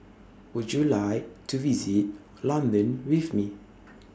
Would YOU like to visit London with Me